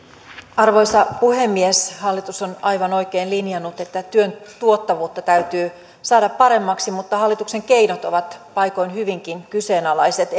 arvoisa puhemies hallitus on aivan oikein linjannut että työn tuottavuutta täytyy saada paremmaksi mutta hallituksen keinot ovat paikoin hyvinkin kyseenalaiset